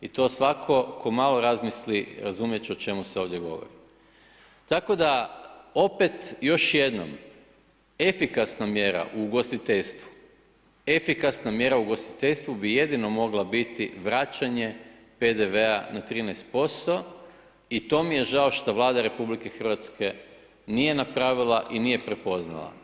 I to svatko tko malo razmisli razumjeti će o čemu se ovdje govori tako da opet još jednom efikasna mjera u ugostiteljstvu, efikasna mjera u ugostiteljstvu bi jedino mogla biti vraćanje PDV-a na 13% i to mi je žao što Vlada RH nije napravila i nije prepoznala.